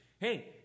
Hey